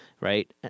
right